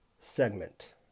segment